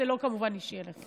זה כמובן לא אישי אליך.